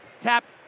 tapped